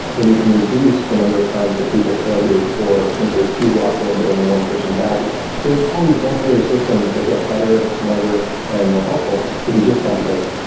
then you can reduce the number of times that people tailgate or essentially two walk in, but only one person badges. there're all these ancillary systems that get better, smarter and more helpful if you just had the data.